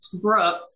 Brooke